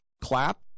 clap